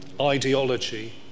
ideology